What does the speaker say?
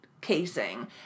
casing